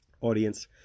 audience